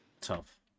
Tough